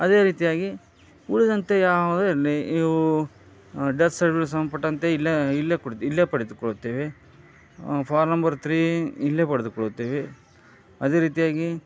ಅದೇ ರೀತಿಯಾಗಿ ಉಳಿದಂತೆ ಯಾವುದೇ ಇರಲಿ ಇವು ಡೆತ್ ಸರ್ಟಿಫಿಕೇಟ್ ಸಂಬಂಧಪಟ್ಟಂತೆ ಇಲ್ಲ ಇಲ್ಲೇ ಕೊಡ್ತ ಇಲ್ಲೇ ಪಡೆದುಕೊಳ್ಳುತ್ತೇವೆ ಫಾರ್ಮ್ ನಂಬರ್ ತ್ರೀ ಇಲ್ಲೇ ಪಡೆದುಕೊಳ್ಳುತ್ತೇವೆ ಅದೇ ರೀತಿಯಾಗಿ